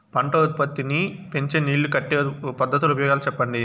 పంట ఉత్పత్తి నీ పెంచే నీళ్లు కట్టే పద్ధతుల ఉపయోగాలు చెప్పండి?